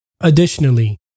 Additionally